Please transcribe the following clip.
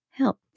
help